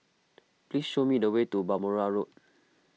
please show me the way to Balmoral Road